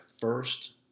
first